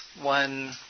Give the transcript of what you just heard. one